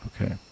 okay